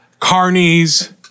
carnies